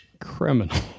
Criminal